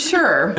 Sure